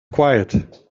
quiet